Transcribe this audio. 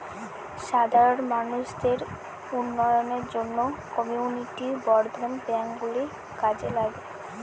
সাধারণ মানুষদের উন্নয়নের জন্য কমিউনিটি বর্ধন ব্যাঙ্ক গুলো কাজে লাগে